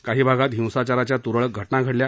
काही भागात हिंसाचाराच्या तुरळक घटना घडल्या